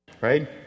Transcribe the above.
Right